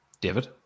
David